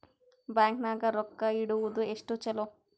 Bank ನಾಗ ರೊಕ್ಕ ಇಡುವುದು ಎಷ್ಟು ಚಲೋ?